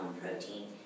protein